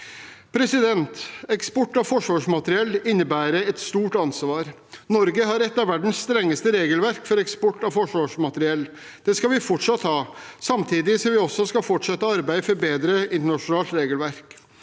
Eksport av forsvarsmateriell innebærer et stort ansvar. Norge har et av verdens strengeste regelverk for eksport av forsvarsmateriell. Det skal vi fortsatt ha, samtidig som vi også skal fortsette arbeidet for bedre internasjonalt regelverk.